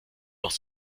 doch